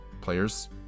player's